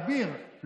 אביר,